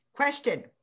Question